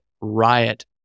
riot